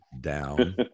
down